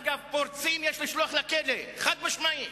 אגב, פורצים יש לשלוח לכלא, חד-משמעית.